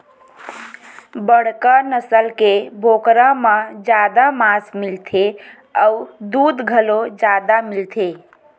बड़का नसल के बोकरा म जादा मांस मिलथे अउ दूद घलो जादा मिलथे